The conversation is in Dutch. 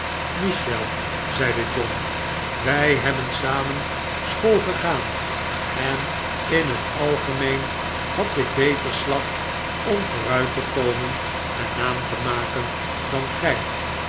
zeide john wij hebben samen school gegaan en in t algemeen had ik beter slag om vooruit te komen en naam te maken dan gij